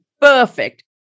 perfect